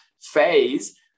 phase